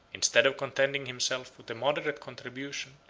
instead of contenting himself with a moderate contribution,